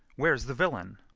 where's the villain?